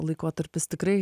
laikotarpis tikrai